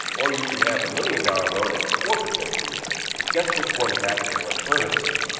or you can have a million-dollar-loan at four percent per year. well, guess which one is actually less burdensome?